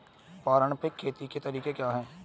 पारंपरिक खेती के तरीके क्या हैं?